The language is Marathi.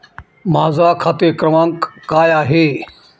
माझा खाते क्रमांक काय आहे?